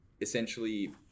Essentially